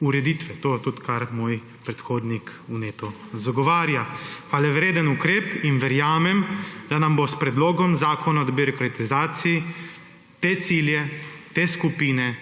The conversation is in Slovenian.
ureditve. To je tudi, kar moj predhodnik vneto zagovarja, hvalevreden ukrep in verjamem, da nam bo s Predlogom zakona o debirokratizaciji te cilje, te skupine